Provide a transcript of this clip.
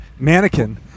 mannequin